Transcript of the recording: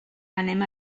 anem